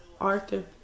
Arthur